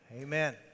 Amen